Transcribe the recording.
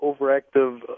overactive